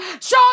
Show